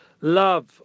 love